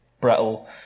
brittle